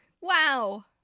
Wow